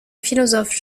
philosophe